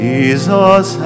Jesus